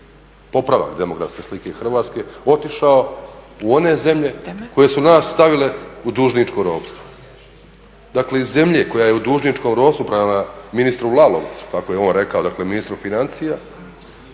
popravak demografske slike Hrvatske otišao u one zemlje koje su nas stavile u dužničko ropstvo. Dakle iz zemlje koja je u dužničkom ropstvu prema ministru Lalovcu kako je on rekao, dakle ministru financija,